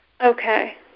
Okay